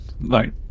right